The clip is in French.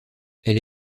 elle